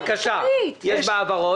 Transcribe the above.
בבקשה, "יש בהעברות"?